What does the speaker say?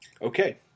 Okay